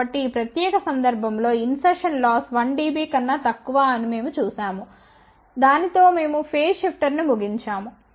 కాబట్టి ఈ ప్రత్యేక సందర్భం లో ఇన్సర్షన్ లాస్ 1 dB కన్నా తక్కువ అని మేము చూశాము దానితో మేము ఫేజ్ షిఫ్టర్ను ముగించాము